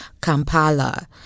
Kampala